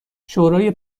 شورای